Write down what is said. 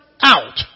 out